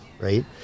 right